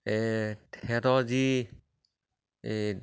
এই সিহঁতৰ যি এই